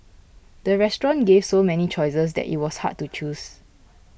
the restaurant gave so many choices that it was hard to choose